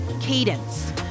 cadence